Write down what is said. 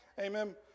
Amen